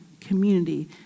community